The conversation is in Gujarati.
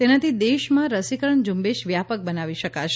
તેનાથી દેશમાં રસીકરણ ઝ઼ંબેશ વ્યાપક બનાવી શકાશે